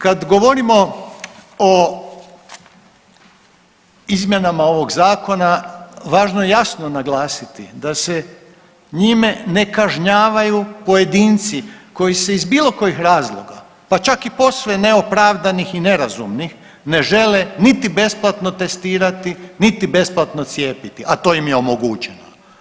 Kad govorimo o izmjenama ovog zakona važno je jasno naglasiti da se njime ne kažnjavaju pojedinci koji se iz bilo kojih razloga, pa čak i posve neopravdanih i nerazumnih ne žele niti besplatno testirati, niti besplatno cijepiti, a to im je omogućeno.